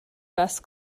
best